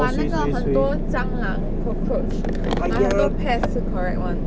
but 那个很多蟑螂 cockroach 很多 pest 是 correct [one]